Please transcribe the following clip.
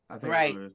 right